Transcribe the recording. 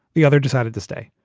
the other decided to stay.